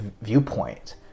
viewpoint